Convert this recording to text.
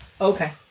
Okay